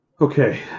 Okay